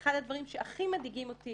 אחד הדברים שהכי מדאיגים אותי